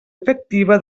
efectiva